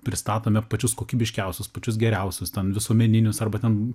pristatome pačius kokybiškiausius pačius geriausius ten visuomeninius arba ten